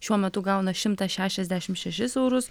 šiuo metu gauna šimtą šešiasdešimt šešis eurus